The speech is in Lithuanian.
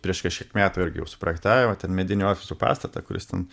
prieš kažkiek metų irgi jau suprojektavę ten medinių ofisų pastatą kuris ten